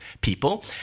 people